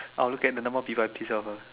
I'll look at the number of people I pissed off ah